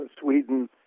Sweden